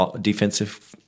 defensive